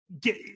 get